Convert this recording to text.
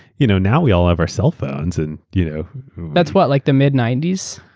you know now we all have our cell phones. and you know that's what, like the mid ninety s?